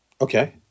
Okay